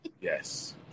Yes